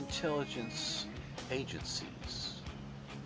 intelligence agencies